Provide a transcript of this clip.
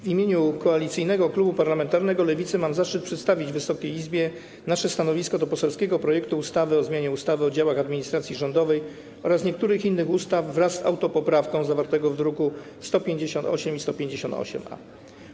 W imieniu Koalicyjnego Klubu Parlamentarnego Lewicy mam zaszczyt przedstawić Wysokiej Izbie nasze stanowisko co do poselskiego projektu ustawy o zmianie ustawy o działach administracji rządowej oraz niektórych innych ustaw wraz z autopoprawką, zawartego w drukach nr 158 i 158-A.